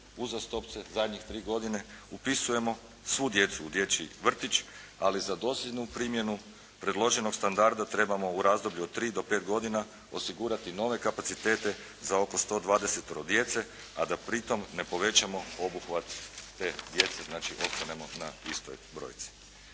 uzastopce, zadnjih tri godine upisujemo svu djecu u dječji vrtić, ali za dosljednu primjenu predloženog standarda trebamo u razdoblju od 3 do 5 godina osigurati nove kapacitete za oko 120 djece, a da pritom ne povećamo obuhvat te djece, znači ostanemo na istoj brojci.